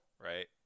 right